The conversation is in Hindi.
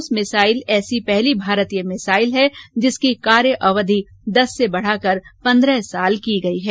ब्रह्मोस मिसाइल ऐसी पहली भारतीय भिसाइल है जिसकी कार्य अवधि दस से बढ़ाकर पंद्रह वर्ष की गई है